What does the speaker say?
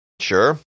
Sure